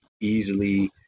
easily